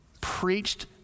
preached